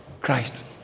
Christ